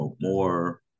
more